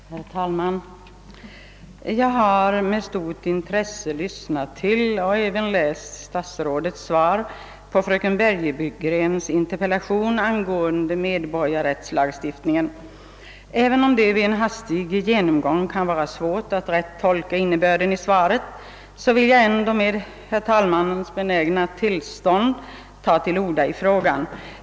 Herr talman! Jag har med stort intresse lyssnat till och även läst stats rådets svar på fröken Bergegrens interpellation angående barns medborgarrättsliga ställning. även om det vid en hastig genomgång kan vara svårt att rätt tolka innebörden av svaret vill jag ändå med herr talmannens benägna tillstånd ta till orda i frågan.